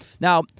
now